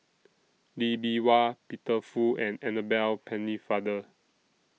Lee Bee Wah Peter Fu and Annabel Pennefather